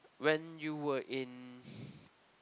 when you were in